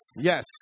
Yes